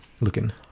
looking